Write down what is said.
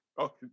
Okay